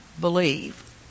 believe